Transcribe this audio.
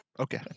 okay